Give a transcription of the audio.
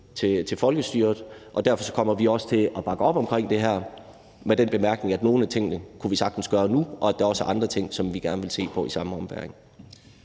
til folkestyret. Derfor kommer vi også til at bakke op om det her med den bemærkning, at nogle af tingene kunne vi sagtens gøre nu, og at der også er andre ting, som vi gerne vil se på i samme ombæring.